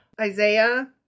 Isaiah